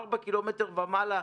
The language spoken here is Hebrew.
ארבעה קילומטר ומעלה,